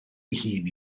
hun